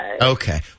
Okay